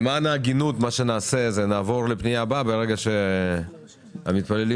ההגינות אנחנו נעבור לפנייה הבאה וכאשר המתפללים